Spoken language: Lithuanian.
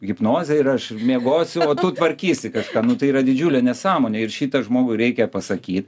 hipnozė ir aš miegosiu o tu tvarkysi kažką nu tai yra didžiulė nesąmonė ir šitą žmogui reikia pasakyt